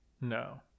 no